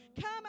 Come